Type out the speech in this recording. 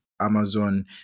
Amazon